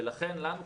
ולכן לנו חשוב,